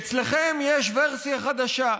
אצלכם יש ורסיה חדשה: